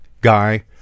guy